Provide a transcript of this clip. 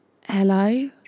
Hello